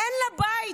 אין להן בית,